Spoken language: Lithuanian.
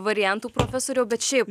variantų profesoriau bet šiaip